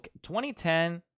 2010